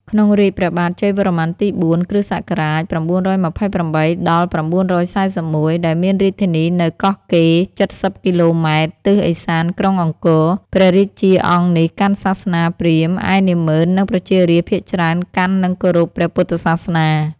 ក្នុងរាជ្យព្រះបាទជ័យវរ្ម័នទី ៤ (គ.ស. ៩២៨-៩៤១) ដែលមានរាជធានីនៅ កោះកេរ ៧០ គ.ម. ទិសឦសានក្រុងអង្គរ ព្រះរាជាអង្គនេះកាន់សាសនាព្រាហ្មណ៍ ឯនាម៉ឺន និង ប្រជារាស្ត្រភាគច្រើនកាន់និងគោរពព្រះពុទ្ធសាសនា ។